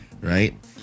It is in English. Right